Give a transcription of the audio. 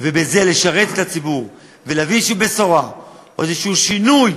ועם זה לשרת את הציבור ולהביא איזו בשורה או איזה שינוי,